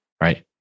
right